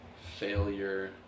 failure